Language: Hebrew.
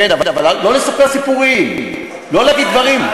כן, אבל לא לספר סיפורים, לא להגיד דברים.